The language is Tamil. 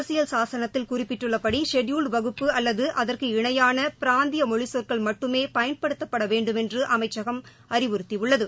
அரசியல் சாசனத்தில் ப்புகுறிப்பிட்டுள்ளபடிஷெட்யூல்டுவகுப்பு அல்லதுஅதற்கு இணையானபிராந்தியமொழிசொற்கள் மட்டுமேபயன்படுத்தப்படவேண்டுமென்றுஅமைச்சகம் அறிவுறுத்தியுள்ளது